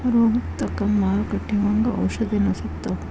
ರೋಗಕ್ಕ ತಕ್ಕಂಗ ಮಾರುಕಟ್ಟಿ ಒಂಗ ಔಷದೇನು ಸಿಗ್ತಾವ